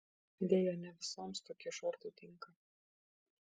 deja ne visoms tokie šortai tinka